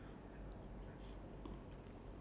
after trying something new